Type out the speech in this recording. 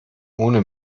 ohne